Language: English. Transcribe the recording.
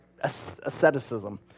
asceticism